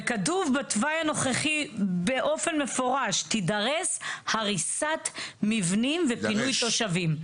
וכתוב בתוואי הנוכחי באופן מפורש שתידרש הריסת מבנים ופינוי תושבים.